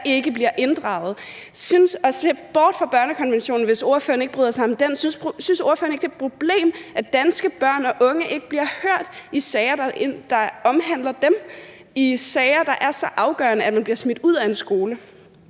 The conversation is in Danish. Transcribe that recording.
ikke – og se bort fra børnekonventionen, hvis ordføreren ikke bryder sig om den – at det er et problem, at danske børn og unge ikke bliver hørt i sager, der omhandler dem, og som er så er afgørende, at man kan blive smidt ud af en skole?